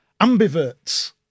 Ambiverts